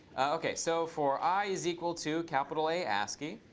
ok. so for i is equal to capital a ascii.